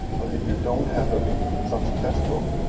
but if you don't have a such a test block,